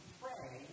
pray